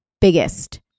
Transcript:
biggest